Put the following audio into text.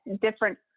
different